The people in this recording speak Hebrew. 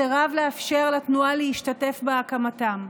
סירב לאפשר לתנועה להשתתף בהקמתם.